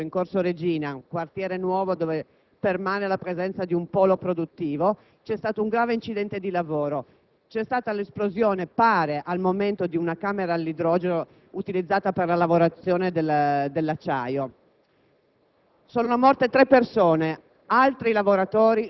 di Torino. Nello stabilimento della ThyssenKrupp, in Corso Regina, quartiere nuovo dove permane la presenza di un polo produttivo, vi è stato un grave incidente sul lavoro: l'esplosione - pare, al momento - di una camera all'idrogeno, utilizzata per la lavorazione dell'acciaio.